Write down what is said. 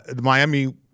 Miami